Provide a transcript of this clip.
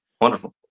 wonderful